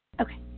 Okay